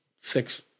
six